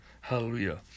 hallelujah